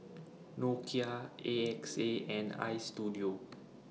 Nokia A X A and Istudio